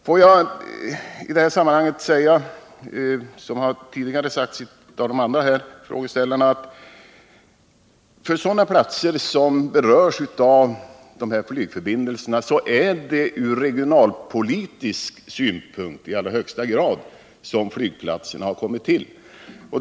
Får jag i det sammanhanget säga — som det redan tidigare har sagts här av de andra frågeställarna — att för sådana orter som berörs av de här flygförbindelserna har flygplatserna i allra högsta grad kommit till ur regionalpolitisk synpunkt.